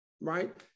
right